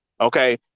Okay